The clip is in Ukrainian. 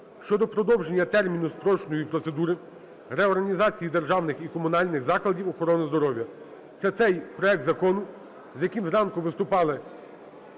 щодо продовження терміну спрощеної процедури реорганізації державних і комунальних закладів охорони здоров'я. Це цей проект закону, з яким зранку виступала